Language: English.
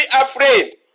afraid